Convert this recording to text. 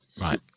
Right